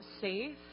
safe